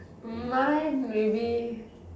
mine maybe